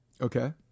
Okay